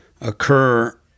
occur